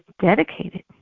dedicated